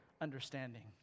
understanding